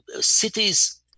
cities